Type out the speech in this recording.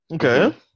Okay